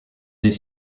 des